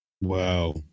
Wow